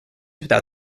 without